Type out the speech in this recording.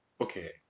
Okay